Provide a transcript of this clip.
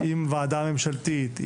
אם ועדה ממשלתית,